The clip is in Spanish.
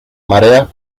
mareas